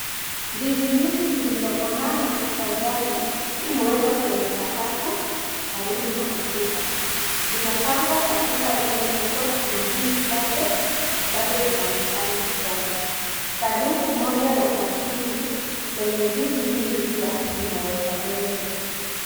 Ndizi nyingi zilizo komana za njano zimewekwa kwenye sakafu karibu na ukuta zimepangwa katika rundo kubwa na ndizi chache bado zinaonekana kijani sanduku moja la plastiki lenye ndizi nyingi pia limewekwa mbele.